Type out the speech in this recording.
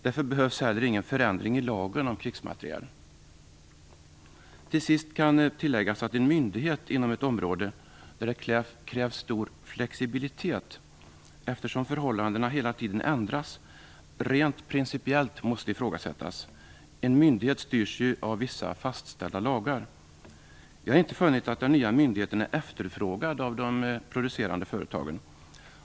Därför behövs heller ingen förändring i lagen om krigsmateriel. Till sist kan tilläggas att en myndighet inom ett område där det krävs stor flexibilitet, eftersom förhållandena hela tiden ändras, rent principiellt måste ifrågasättas. En myndighet styrs ju av vissa fastställda lagar. Vi har inte funnit att den nya myndigheten är efterfrågad av de producerande företagen.